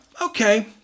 okay